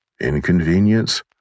inconvenience